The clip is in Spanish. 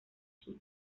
chile